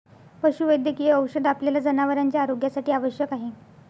पशुवैद्यकीय औषध आपल्या जनावरांच्या आरोग्यासाठी आवश्यक आहे